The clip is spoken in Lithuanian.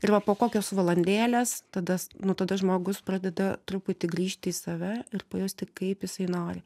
ir va po kokios valandėlės tada nu tada žmogus pradeda truputį grįžti į save ir pajusti kaip jisai nori